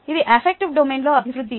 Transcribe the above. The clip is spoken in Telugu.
ఇది ఎఫక్టీవ్ డొమైన్లో అభివృద్ధి